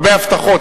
הרבה הבטחות.